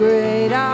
great